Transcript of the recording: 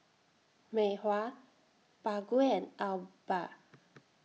Mei Hua Baggu and Alba